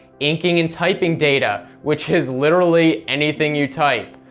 inking and typing data which is literally anything you type.